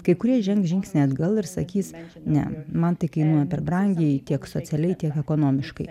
kai kurie žengs žingsnį atgal ir sakys ne man tai kainuoja per brangiai tiek socialiai tiek ekonomiškai